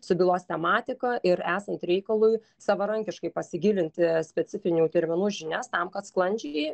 su bylos tematika ir esant reikalui savarankiškai pasigilinti specifinių terminų žinias tam kad sklandžiai